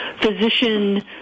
physician